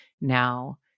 Now